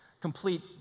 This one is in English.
Complete